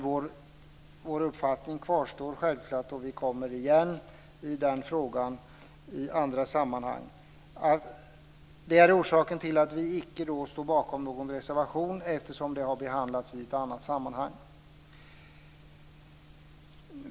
Vår uppfattning kvarstår dock självklart, och vi kommer igen i frågan i andra sammanhang. Orsaken till att vi icke står bakom någon reservation är alltså att detta har behandlats i andra sammanhang.